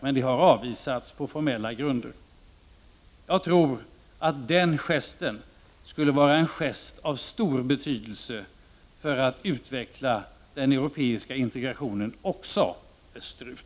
Men det förslaget har avvisats på formella grunder. Jag tror att den gesten skulle vara en gest av stor betydelse för att utveckla den europeiska integrationen även österut.